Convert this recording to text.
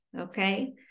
okay